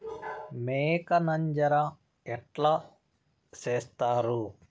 మేక నంజర ఎట్లా సేస్తారు?